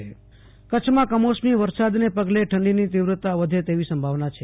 આસુતોષ અંતાણી કવામાન કરછમાં કમોસમી વરસાદને પગલે ઠંડીની તીવ્રતા વધે તૈવી સંભાવના છે